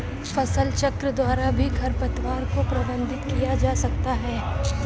फसलचक्र द्वारा भी खरपतवार को प्रबंधित किया जा सकता है